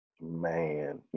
Man